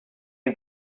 you